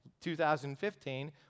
2015